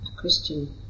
Christian